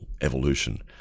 evolution